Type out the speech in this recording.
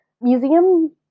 museum